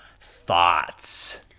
thoughts